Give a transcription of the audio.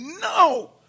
no